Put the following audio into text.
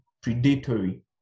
predatory